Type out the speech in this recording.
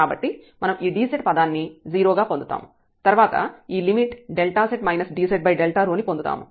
కాబట్టి మనం ఈ dz పదాన్ని 0 గా పొందుతాము మరియు తర్వాత ఈ లిమిట్ z dz ని పొందుతాము